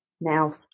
Now